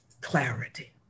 clarity